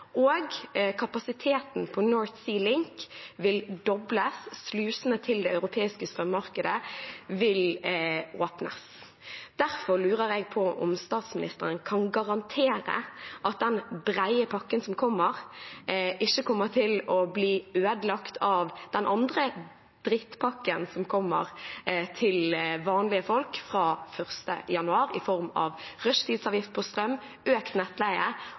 og kapasiteten på North Sea Link vil dobles. Slusene til det europeiske strømmarkedet vil åpnes. Derfor lurer jeg på om statsministeren kan garantere at den brede pakken som kommer, ikke kommer til å bli ødelagt av den andre drittpakken som kommer til vanlige folk fra 1. januar – i form av rushtidsavgift på strøm, økt nettleie